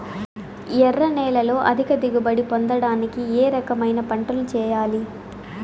ఎర్ర నేలలో అధిక దిగుబడి పొందడానికి ఏ రకమైన పంటలు చేయాలి?